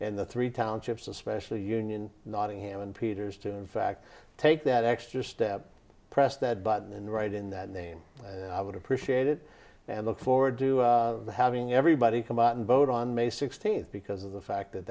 and the three townships especially union nottingham and peters to in fact take that extra step press that button and write in that name i would appreciate it and look forward to having everybody come out and vote on may sixteenth because of the fact that